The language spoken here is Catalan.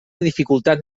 dificultat